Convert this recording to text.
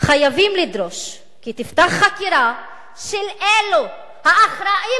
חייבים לדרוש כי תיפתח חקירה של אלו האחראים